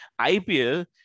IPL